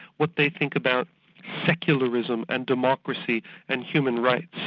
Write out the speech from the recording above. what they think about secularism and democracy and human rights,